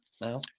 now